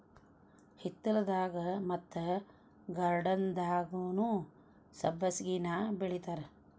ಹಿತ್ತಲದಾಗ ಮತ್ತ ಗಾರ್ಡನ್ದಾಗುನೂ ಸಬ್ಬಸಿಗೆನಾ ಬೆಳಿತಾರ